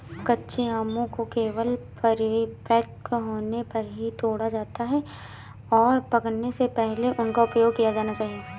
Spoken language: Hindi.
कच्चे आमों को केवल परिपक्व होने पर ही तोड़ा जाता है, और पकने से पहले उनका उपयोग किया जाना चाहिए